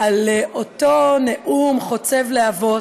על אותו נאום חוצב להבות,